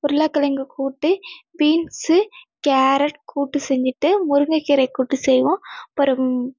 உருளக்கிழங்கு கூட்டு beans carrot கூட்டு செஞ்சுட்டு முருங்கைக்கீரையை கூட்டு செய்வோம் அப்புறம்